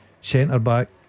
centre-back